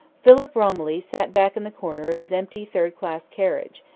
philip romilly sat back in the corner of his empty third-class carriage,